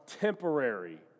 temporary